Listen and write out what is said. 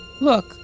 Look